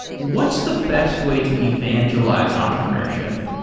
what's the best way to evangelize entrepreneurship?